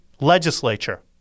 legislature